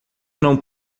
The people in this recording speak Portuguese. não